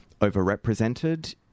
overrepresented